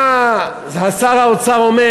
מה שר האוצר אומר?